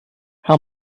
how